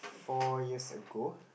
four years ago